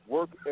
Work